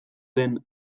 den